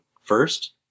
first